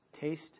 Taste